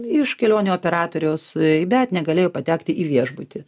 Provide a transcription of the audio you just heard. iš kelionių operatoriaus bet negalėjo patekti į viešbutį